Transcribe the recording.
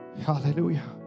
Hallelujah